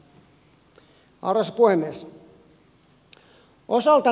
arvoisa puhemies